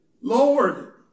Lord